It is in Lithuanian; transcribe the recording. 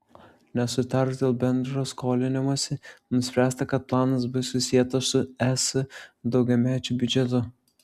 nesutarus dėl bendro skolinimosi nuspręsta kad planas bus susietas su es daugiamečiu biudžetu